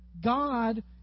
God